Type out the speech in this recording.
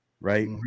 Right